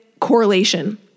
correlation